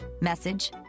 Message